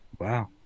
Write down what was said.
Wow